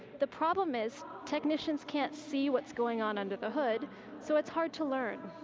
the problem is technicians can't see what's going on under the hood so it's hard to learn.